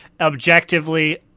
objectively